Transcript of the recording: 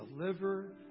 deliver